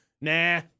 Nah